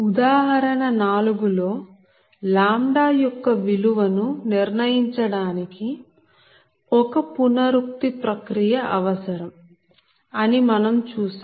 ఉదాహరణ 4 లో λ యొక్క విలువ ను నిర్ణయించడానికి ఒక పునరుక్తి ప్రక్రియ అవసరం అని మనం చూసాం